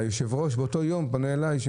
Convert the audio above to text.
והיושב-ראש באותו יום פנה אליי.